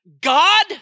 God